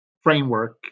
framework